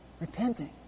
repenting